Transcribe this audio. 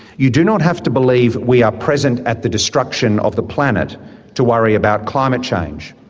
you do not have to believe we are present at the destruction of the planet to worry about climate change.